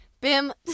bim